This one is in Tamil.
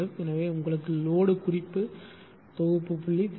எனவே உங்களுக்கு லோடு குறிப்பு தொகுப்பு புள்ளி தேவை